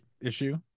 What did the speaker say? issue